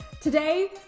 Today